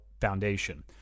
Foundation